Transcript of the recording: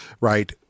right